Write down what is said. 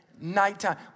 nighttime